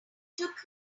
took